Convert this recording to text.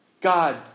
God